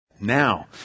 Now